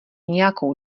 nějakou